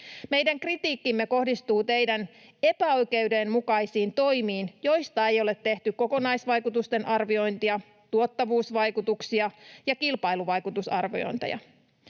Meidän kritiikkimme kohdistuu teidän epäoikeudenmukaisiin toimiinne, joista ei ole tehty kokonaisvaikutusten arviointia, tuottavuusvaikutus- ja kilpailuvaikutusarviointeja.